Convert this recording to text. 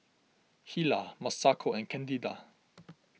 Hilah Masako and Candida